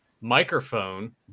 microphone